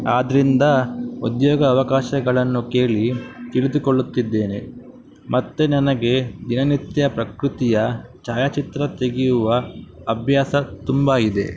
ಆದ್ದರಿಂದ ಉದ್ಯೋಗ ಅವಕಾಶಗಳನ್ನು ಕೇಳಿ ತಿಳಿದುಕೊಳ್ಳುತ್ತಿದ್ದೇನೆ ಮತ್ತು ನನಗೆ ದಿನನಿತ್ಯ ಪ್ರಕೃತಿಯ ಛಾಯಾಚಿತ್ರ ತೆಗೆಯುವ ಅಭ್ಯಾಸ ತುಂಬ ಇದೆ